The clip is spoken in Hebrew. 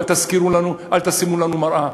אל תזכירו לנו ואל תשימו לנו מראה.